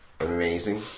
Amazing